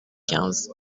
quinze